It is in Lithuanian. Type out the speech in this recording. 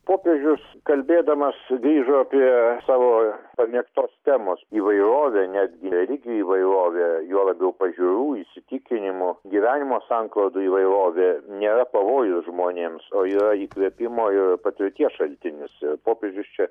popiežius kalbėdamas sugrįžo prie savo pamėgtos temos įvairovė netgi religijų įvairovė juo labiau pažiūrų įsitikinimų gyvenimo sanklodų įvairovė nėra pavojus žmonėms o yra įkvėpimo ir patirties šaltinis popiežius čia